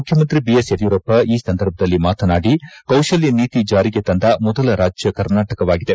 ಮುಖ್ಯಮಂತ್ರಿ ಬಿಎಸ್ ಯಡಿಯೂರಪ್ಪ ಈ ಸಂದರ್ಭದಲ್ಲಿ ಮಾತನಾಡಿ ಕೌಶಲ್ಯ ನೀತಿ ಜಾರಿಗೆ ತಂದ ಮೊದಲ ರಾಜ್ಯ ಕರ್ನಾಟಕವಾಗಿದೆ